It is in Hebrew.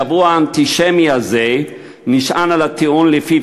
השבוע האנטישמי הזה נשען על הטיעון שלפיו